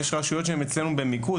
יש רשויות שנמצאות אצלנו במיקוד,